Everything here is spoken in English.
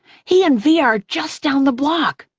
he and via are just down the block.